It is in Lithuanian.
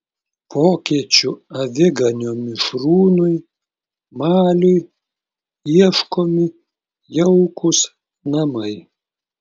vokiečių aviganio mišrūnui maliui ieškomi jaukūs namai